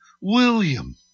William